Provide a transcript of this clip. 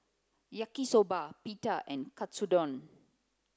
Yaki Soba Pita and Katsudon